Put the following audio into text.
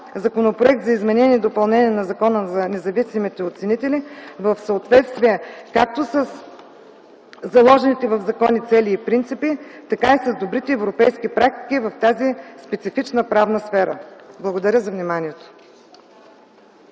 Законопроект за изменение и допълнение на Закона за независимите оценители в съответствие както със заложените в закона цели и принципи, така и с добрите европейски практики в тази специфична правна сфера. Благодаря за вниманието.